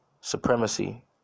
Supremacy